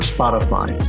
Spotify